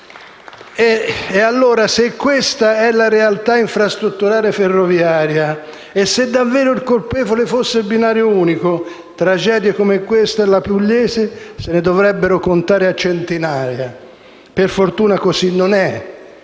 è allora la realtà infrastrutturale ferroviaria e se davvero il colpevole fosse il binario unico, di tragedie come questa pugliese se ne dovrebbero contare a centinaia. Per fortuna non è